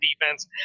defense